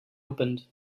opened